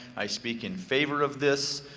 i speak in favor of this.